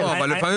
מרץ.